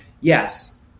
yes